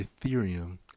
Ethereum